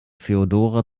feodora